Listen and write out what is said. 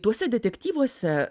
tuose detektyvuose